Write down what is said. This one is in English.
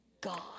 God